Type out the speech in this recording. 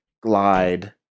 glide